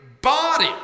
body